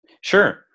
Sure